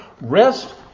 Rest